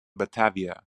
batavia